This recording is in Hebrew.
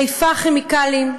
"חיפה כימיקלים",